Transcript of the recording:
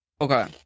Okay